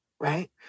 Right